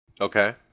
Okay